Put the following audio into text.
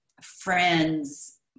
friends